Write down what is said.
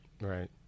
right